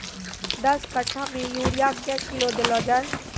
दस कट्ठा मे यूरिया क्या किलो देलो जाय?